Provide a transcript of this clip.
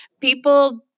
People